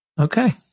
Okay